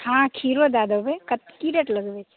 हँ खीरो दए देबै की रेट लगबै छियै